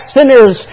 Sinners